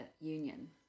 union